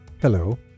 Hello